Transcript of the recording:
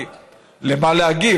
כי למה להגיב?